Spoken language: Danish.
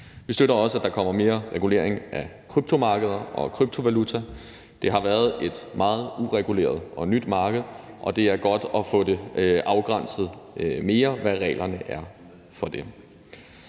Vi støtter også, at der kommer mere regulering af kryptomarkeder og kryptovaluta. Det har været et meget ureguleret og nyt marked, og det er godt at få det mere afgrænset, hvad reglerne er.